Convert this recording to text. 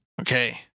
Okay